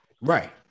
Right